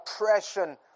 oppression